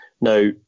Now